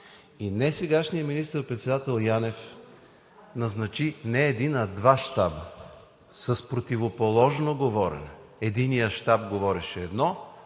и не сегашният министър-председател Янев назначи не един, а два щаба с противоположно говорене. Единият щаб говореше едно,